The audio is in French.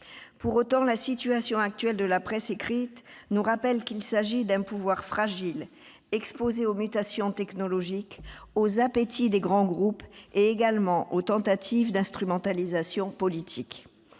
Pour autant, la situation actuelle de la presse écrite nous rappelle qu'il s'agit d'un pouvoir fragile, exposé aux mutations technologiques, aux appétits des grands groupes et aux tentatives d'instrumentalisation politique.